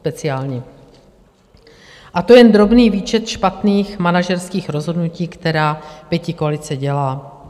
A to je jen drobný výčet špatných manažerských rozhodnutí, která pětikoalice dělá.